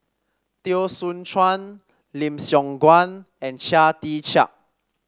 Teo Soon Chuan Lim Siong Guan and Chia Tee Chiak